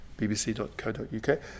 BBC.co.uk